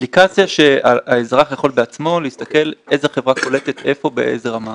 אפליקציה שהאזרח יכול בעצמו להסתכל איזה חברה קולטת איפה ובאיזה רמה.